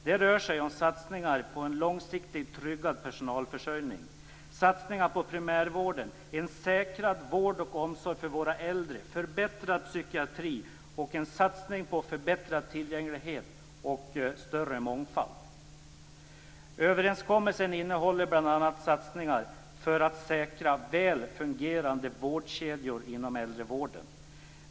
Det rör sig om satsningar för en långsiktig tryggad personalförsörjning, satsningar på primärvården, en säkrad vård och omsorg om våra äldre, förbättrad psykiatri och en satsning på förbättrad tillgänglighet och större mångfald. Överenskommelsen innehåller bl.a. satsningar för att säkra väl fungerande vårdkedjor inom äldrevården.